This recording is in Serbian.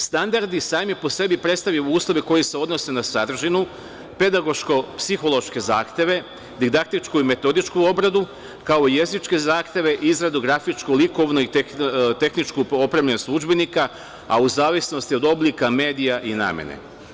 Standardi sami po sebi predstavljaju uslove koji se odnose na sadržinu, pedagoško psihološke zahteve, didaktičku i metodičku obradu, ako i jezičke zahteve i izradu grafičko, likovno i tehničku opremljenost udžbenika, a u zavisnosti od oblika medija i namene.